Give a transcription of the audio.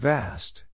Vast